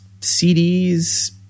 CDs